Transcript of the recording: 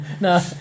no